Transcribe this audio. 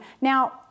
Now